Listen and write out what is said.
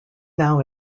now